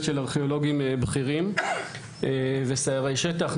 של ארכיאולוגים בכירים וסיירי שטח,